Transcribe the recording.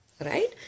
right